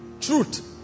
Truth